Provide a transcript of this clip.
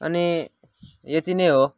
अनि यति नै हो